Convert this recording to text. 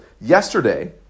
yesterday